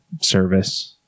service